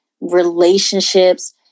relationships